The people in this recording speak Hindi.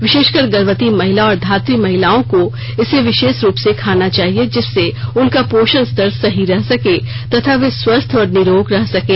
विशेषकर गर्भवती महिला और धात्री महिलाओं को इसे विशेष रूप से खाना चाहिए जिससे उनका पोषण स्तर सही रह सके तथा वे स्वस्थ और निरोग रह सकें